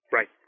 Right